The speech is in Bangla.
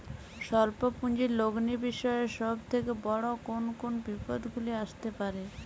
স্বল্প পুঁজির লগ্নি বিষয়ে সব থেকে বড় কোন কোন বিপদগুলি আসতে পারে?